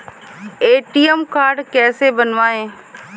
ATM card कैसे बनवाएँ?